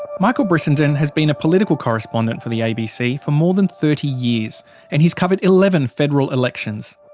michael brissenden has been a political correspondent for the abc for more than thirty years and he's covered eleven federal elections.